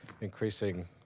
increasing